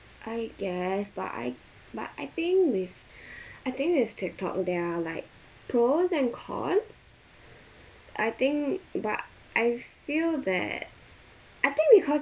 I guess but I but I think with I think with Tiktok there are like pros and cons I think but I feel that I think because